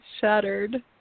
shattered